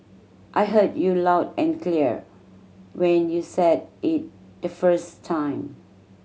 I heard you loud and clear when you said it the first time